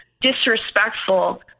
disrespectful